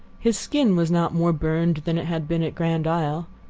his skin was not more burned than it had been at grand isle.